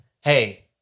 hey